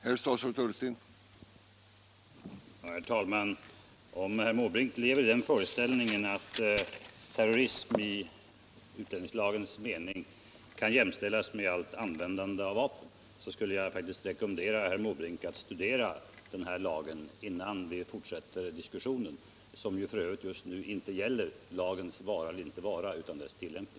Herr talman! Om herr Måbrink lever i den föreställningen att terrorism i utlänningslagens mening kan jämställas med användandet av vapen skulle jag faktiskt vilja rekommendera herr Måbrink att studera denna lag innan vi fortsätter diskussionen, som f. ö. just nu inte gäller lagens vara eller inte vara utan dess tillämpning.